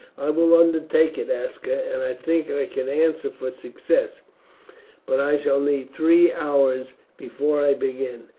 i will undertake it, aska, and i think i can answer for success but i shall need three hours before i begin.